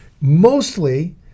Mostly